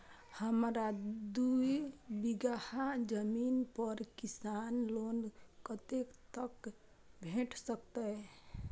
हमरा दूय बीगहा जमीन पर किसान लोन कतेक तक भेट सकतै?